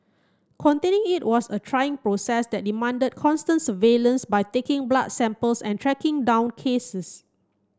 containing it was a trying process that demanded constant surveillance by taking blood samples and tracking down cases